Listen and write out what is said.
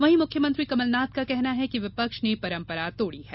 वहीं मुख्यमंत्री कमलनाथ का कहना है कि विपक्ष ने परम्परा तोड़ी है